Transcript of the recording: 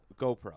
GoPro